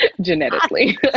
Genetically